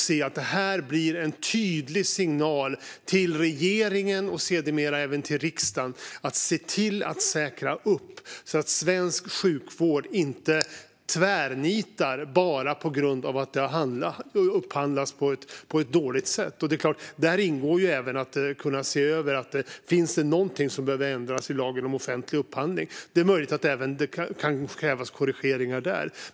Detta ska bli en tydlig signal till regeringen och sedermera även till riksdagen att se till att säkra att svensk sjukvård inte tvärnitar bara på grund av att det har upphandlats på ett dåligt sätt. Där ingår såklart även att man ska kunna se över om det finns något som behöver ändras i lagen om offentlig upphandling. Det är möjligt att det kan komma att krävas korrigeringar även där.